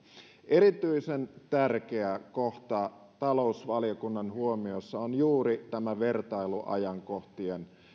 erityisen tärkeä kohta talousvaliokunnan huomioissa on juuri tämä vertailuajankohtien